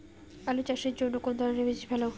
আলু চাষের জন্য কোন ধরণের বীজ ভালো?